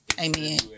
amen